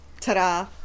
ta-da